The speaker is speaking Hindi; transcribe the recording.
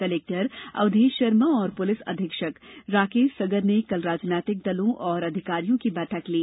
कलेक्टर अवधेश शर्मा और पुलिस अधीक्षक राकेश सगर ने कल राजनीतिक दलों और अधिकारियों की बैठक ली